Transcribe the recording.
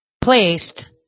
Placed